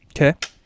Okay